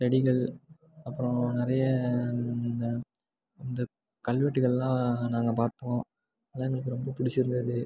செடிகள் அப்புறோம் நிறைய இந்த இந்த கல்வெட்டுகள்லாம் நாங்கள் பார்த்தோம் எல்லாம் எங்களுக்கு ரொம்ப பிடிச்சிருந்தது